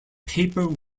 paper